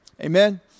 Amen